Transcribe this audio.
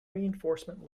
reinforcement